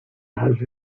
has